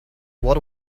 what